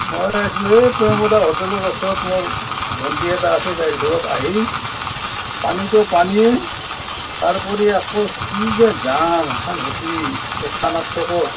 মই আহিছিলোঁ হেই প্ৰেমদা হোটেলৰ ওচৰত মোৰ ভণ্টি এটা আছে তাইৰ ঘৰত আহি পানীতো পানীয়েই তাৰ উপৰি আকৌ কি যে জামখান হৈছে এই থানৰ চুকত